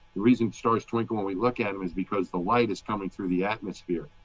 reason stars twinkle when we look at them is because the light is coming through the atmosphere.